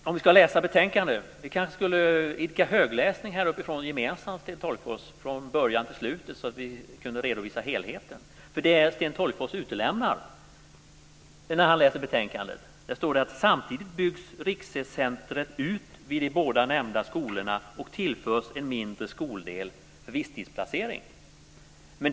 Fru talman! Om vi nu ska läsa ur betänkandet kunde vi kanske idka högläsning gemensamt från början till slut, Sten Tolgfors, så att vi kan redovisa helheten. Sten Tolgfors utelämnar text när han läser ur betänkandet. Där står det nämligen: "Samtidigt byggs riksresurscentren ut vid de båda nämnda skolorna och tillförs en mindre skoldel för visstidsplacering."